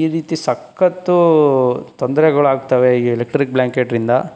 ಈ ರೀತಿ ಸಖತ್ತು ತೊಂದರೆಗಳಾಗ್ತವೆ ಈ ಎಲೆಕ್ಟ್ರಿಕ್ಟ್ ಬ್ಲ್ಯಾಂಕೆಟಿಂದ